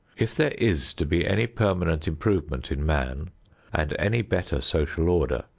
if there is to be any permanent improvement in man and any better social order,